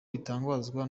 bitangazwa